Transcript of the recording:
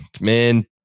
man